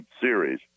series